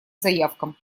заявкам